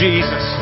Jesus